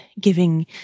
giving